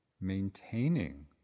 maintaining